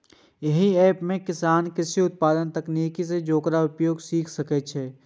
एहि एप सं किसान कृषिक उन्नत तकनीक आ ओकर प्रयोग सीख सकै छै